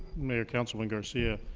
mayor councilman garcia,